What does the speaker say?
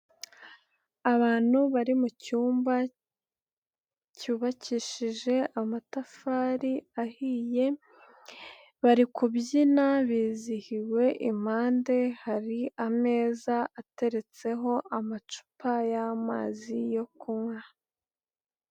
Abantu bari mu cyumba cyubakishije amatafari ahiye, bari kubyina bizihiwe, impande hari ameza ateretseho amacupa y'amazi yo kunywa.